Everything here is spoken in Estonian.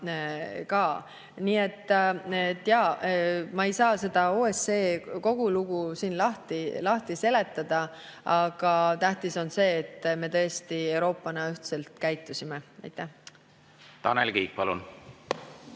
Nii et ma ei saa kogu seda OSCE lugu siin lahti seletada, aga tähtis on see, et me tõesti Euroopana ühtselt käitusime. Tanel Kiik, palun!